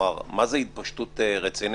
מה זה "התפשטות רצינית"?